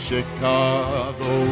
Chicago